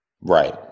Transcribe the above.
Right